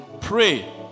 Pray